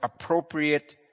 appropriate